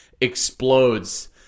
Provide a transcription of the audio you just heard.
explodes –